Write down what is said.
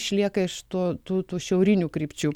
išlieka iš to tų šiaurinių krypčių